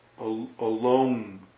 alone